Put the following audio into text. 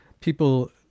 people